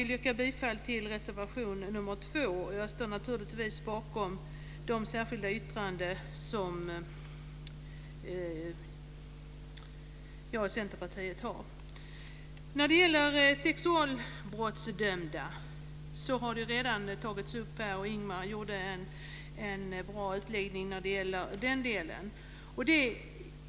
Jag yrkar bifall till reservation nr 2, och jag står naturligtvis också bakom de särskilda yttranden som jag har skrivit under. De sexualbrottsdömda har redan berörts här, och Ingemar Vänerlöv gjorde en bra utläggning i den frågan.